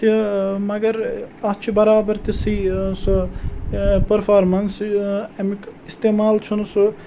تہِ مگر اَتھ چھُ بَرابَر تِژھٕے سُہ پٔرفارمٮ۪نٕس اَمیُک اِستعمال چھُنہٕ سُہ